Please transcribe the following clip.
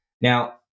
Now